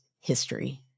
History